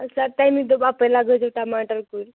سَر تَمی دوٚپ اَپٲرۍ لَگٲے زیو ٹماٹر کُلۍ